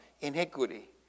iniquity